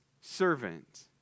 servant